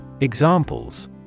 Examples